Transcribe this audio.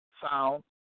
found